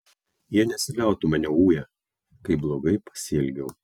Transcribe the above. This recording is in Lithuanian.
jie nesiliautų mane uję kaip blogai pasielgiau